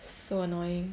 so annoying